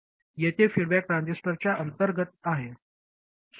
येथे फीडबॅक ट्रान्झिस्टरच्या अंतर्गत आहे